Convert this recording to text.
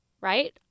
right